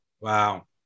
Wow